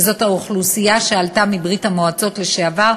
וזאת האוכלוסייה שעלתה מברית-המועצות לשעבר,